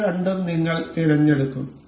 ഇവ രണ്ടും നിങ്ങൾ തിരഞ്ഞെടുക്കും